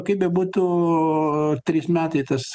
kaip bebūtų trys metai tas